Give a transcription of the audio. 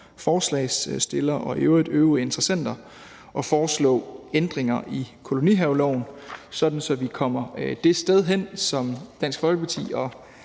forslagsstillerne og i øvrigt øvrige interessenter, og foreslå ændringer i kolonihaveloven, sådan at vi kommer det sted hen, som Dansk Folkeparti